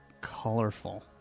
colorful